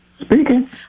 speaking